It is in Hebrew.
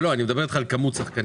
לא, לא, אני מדבר איתך על כמות שחקנים.